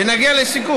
ונגיע לסיכום.